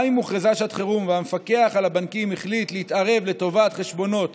גם אם הוכרזה שעת חירום והמפקח על הבנקים החליט להתערב לטובת חשבונות